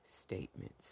statements